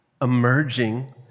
emerging